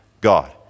God